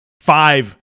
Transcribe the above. Five